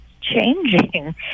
changing